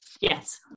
Yes